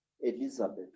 Elizabeth